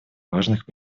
важных